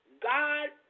God